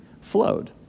flowed